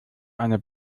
eine